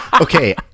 Okay